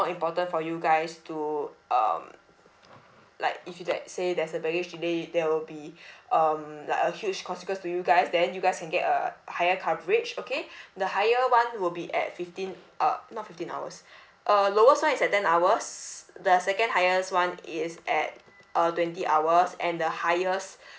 important for you guys to um like if you let's say there's a baggage delay there will be um like a huge consequence to you guys then you guys can get a higher coverage okay the higher [one] will be at fifteen uh not fifteen hours uh lowest [one] is at ten hours the second highest [one] is at uh twenty hours and the highest